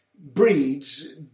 Breeds